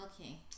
Okay